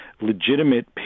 legitimate